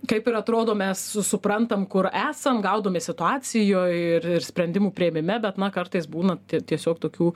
kaip ir atrodo mes su suprantam kur esam gaudomės situacijoj ir ir sprendimų priėmime bet na kartais būna tie tiesiog tokių